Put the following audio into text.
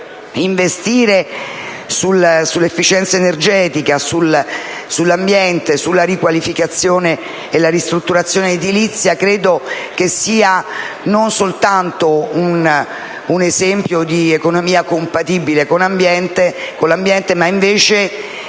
investire sull'efficienza energetica, sull'ambiente, sulla riqualificazione e la ristrutturazione edilizia è non soltanto un esempio di economia compatibile con l'ambiente, ma anche